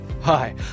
Hi